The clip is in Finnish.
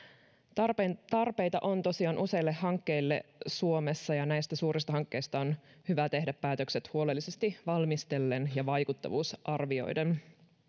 tarpeita on tosiaan useille hankkeille suomessa ja näistä suurista hankkeista on hyvä tehdä päätökset huolellisesti valmistellen ja vaikuttavuus arvioiden